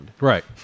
Right